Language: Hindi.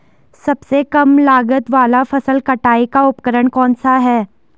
सबसे कम लागत वाला फसल कटाई का उपकरण कौन सा है?